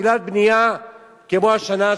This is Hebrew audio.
תחילת בנייה כמו השנה,